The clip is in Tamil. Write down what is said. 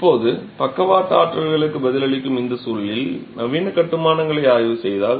இப்போது பக்கவாட்டு ஆற்றல்களுக்கு பதிலளிக்கும் இந்த சூழலில் நவீன கட்டுமானங்களை ஆய்வு செய்தால்